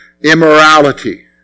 Immorality